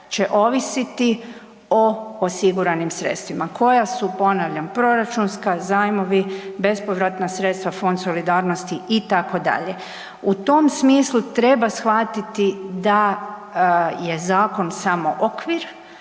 će ovisiti o osiguranim sredstvima koja su ponavljam, proračunska, zajmovi, bespovratna sredstva, Fond solidarnosti itd. U tom smislu treba shvatiti da je zakon samo okvir,